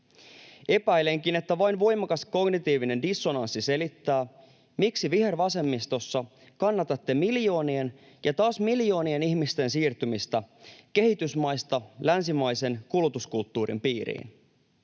Epäilenkin, että vain voimakas kognitiivinen dissonanssi selittää, miksi vihervasemmistossa kannatatte miljoonien ja taas miljoonien ihmisten siirtymistä kehitysmaista länsimaisen kulutuskulttuurin piiriin.